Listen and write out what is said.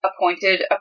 appointed